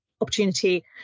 opportunity